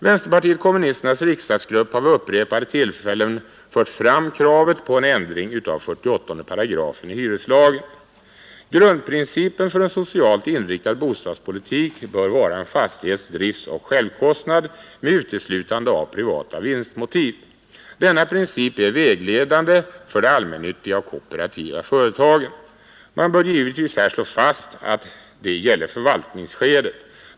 Vänsterpartiet kommunisternas riksdagsgrupp har vid upprepade tillfällen fört fram kravet på en ändring av 48 § i hyreslagen. Grundprincipen för en socialt inriktad bostadspolitik bör vara fastighetens driftoch självkostnad med uteslutande av privata vinstmotiv. Denna princip är vägledande för de allmännyttiga och kooperativa företagen. Man bör givetvis här slå fast att det gäller förvaltningsskedet.